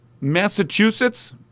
Massachusetts